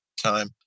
time